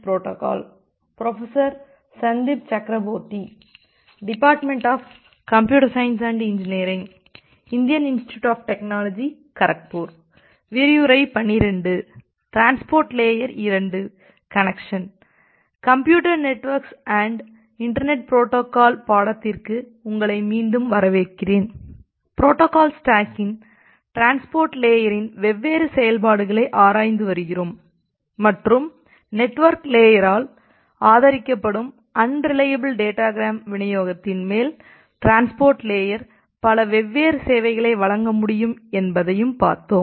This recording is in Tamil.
புரோட்டோகால் ஸ்டாக்கின் டிரான்ஸ்போர்ட் லேயரின் வெவ்வேறு செயல்பாடுகளை ஆராய்ந்து வருகிறோம் மற்றும் நெட்வொர்க் லேயரால் ஆதரிக்கப்படும் அன்ரிலையபில் டேட்டாகிராம் விநியோகத்தின் மேல் டிரான்ஸ்போர்ட் லேயர் பல வெவ்வேறு சேவைகளை வழங்க முடியும் என்பதையும் பார்த்தோம்